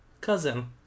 cousin